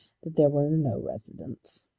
that there were no residents.